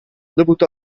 dovuto